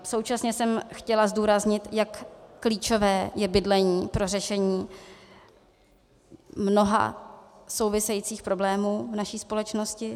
Současně jsem chtěla zdůraznit, jak klíčové je bydlení pro řešení mnoha souvisejících problémů v naší společnosti.